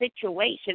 situation